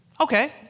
Okay